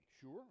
Sure